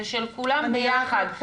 זה של כולם ביחד.